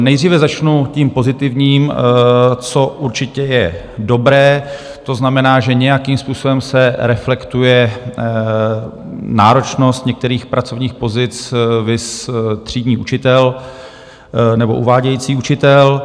Nejdříve začnu tím pozitivním, co určitě je dobré, to znamená, že nějakým způsobem se reflektuje náročnost některých pracovních pozic, viz třídní učitel nebo uvádějící učitel.